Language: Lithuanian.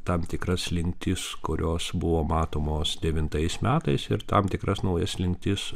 tam tikras slinktis kurios buvo matomos devintais metais ir tam tikras naujas slinktis